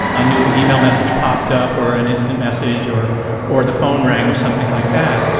a new email message popped up or an instant message or or the phone rang or something like that,